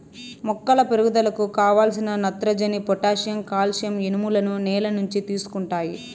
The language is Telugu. మొక్కల పెరుగుదలకు కావలసిన నత్రజని, పొటాషియం, కాల్షియం, ఇనుములను నేల నుంచి తీసుకుంటాయి